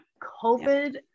COVID